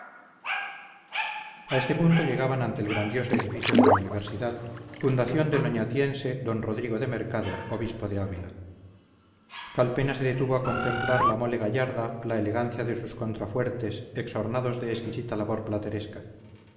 a este punto llegaban ante el grandioso edificio de la universidad fundación del oñatiense d rodrigo de mercado obispo de ávila calpena se detuvo a contemplar la mole gallarda la elegancia de sus contrafuertes exornados de exquisita labor plateresca